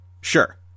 sure